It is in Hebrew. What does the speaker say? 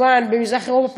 במזרח-אירופה,